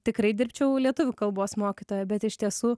tikrai dirbčiau lietuvių kalbos mokytoja bet iš tiesų